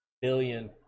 Billion